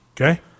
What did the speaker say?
Okay